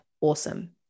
awesome